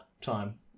time